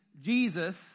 Jesus